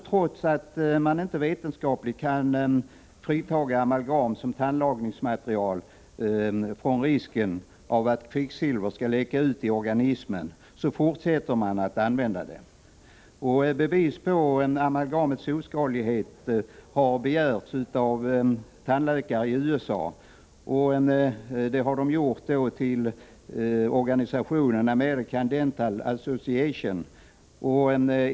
Trots att man inte vetenskapligt kan frita amalgam som tandlagningsmaterial från risken av att kvicksilver läcker ut i organismen, fortsätter man att använda det. Bevis på amalgamets oskadlighet har begärts av tandläkare i USA. Kravet har ställts till American Dental Association.